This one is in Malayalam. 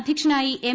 അധ്യക്ഷനായി എം